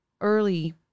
early